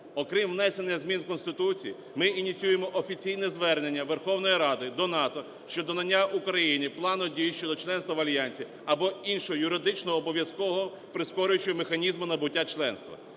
Окрім внесення змін в Конституцію, ми ініціюємо офіційне звернення Верховної Ради до НАТО щодо надання Україні плану дій щодо членства в альянсі або іншого юридично обов'язковогоприскорюючого механізму набуття членства.